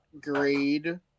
grade